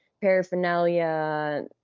paraphernalia